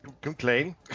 complain